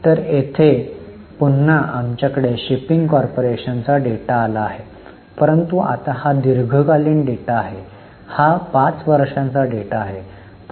तर येथे पुन्हा आमच्याकडे शिपिंग कॉर्पोरेशनचा डेटा आला आहे परंतु आता हा दीर्घकालीन डेटा आहे हा 5 वर्षाचा डेटा आहे